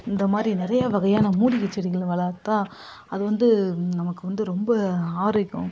இந்தமாதிரி நிறைய வகையான மூலிகைச் செடிங்களை வளர்த்தால் அது வந்து நமக்கு வந்து ரொம்ப ஆரோக்கியம்